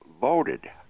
voted